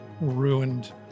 Ruined